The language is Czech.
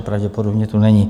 Pravděpodobně tu není.